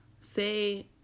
say